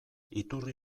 iturri